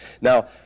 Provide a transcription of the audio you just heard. Now